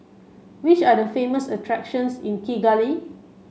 which are the famous attractions in Kigali